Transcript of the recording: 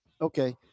Okay